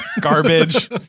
Garbage